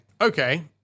okay